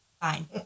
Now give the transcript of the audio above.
fine